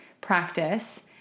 practice